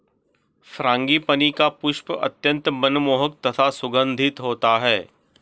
frangipani का पुष्प अत्यंत मनमोहक तथा सुगंधित होता है